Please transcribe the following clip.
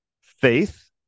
faith